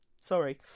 sorry